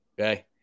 Okay